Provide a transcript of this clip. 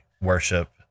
worship